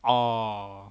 oh